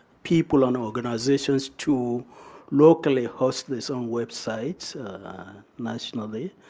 people and organizations to locally host this own web site nationally.